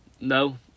no